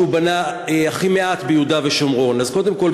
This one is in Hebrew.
שהוא בנה הכי מעט ביהודה ושומרון: קודם כול,